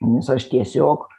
nes aš tiesiog